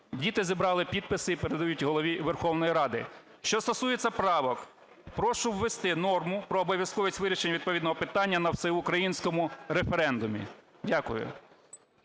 Діти зібрали підписи і передають Голові Верховної Ради. Що стосується правок, прошу ввести норму про обов'язковість вирішення відповідного питання на всеукраїнському референдумі. Дякую.